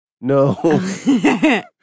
No